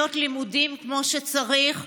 תוכניות לימודים כמו שצריך.